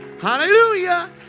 Hallelujah